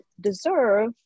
deserve